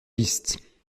pistes